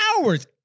hours